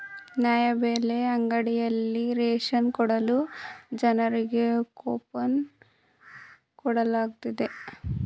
ನ್ಯಾಯಬೆಲೆ ಅಂಗಡಿಯಲ್ಲಿ ರೇಷನ್ ಕೊಳ್ಳಲು ಜನರಿಗೆ ಕೋಪನ್ ಕೊಡಲಾಗುತ್ತದೆ